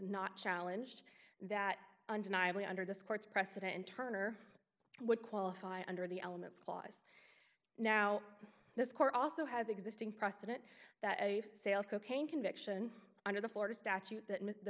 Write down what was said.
not challenged that undeniably under discords precedent turner would qualify under the elements clause now this court also has existing precedent that a for sale cocaine conviction under the florida statute that the